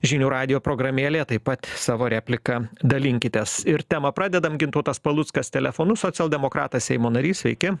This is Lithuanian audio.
žinių radijo programėlėje taip pat savo replika dalinkitės ir temą pradedam gintautas paluckas telefonu socialdemokratas seimo narys sveiki